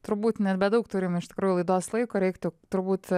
turbūt nebedaug turim iš tikrųjų laidos laiko reiktų turbūt